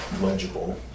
legible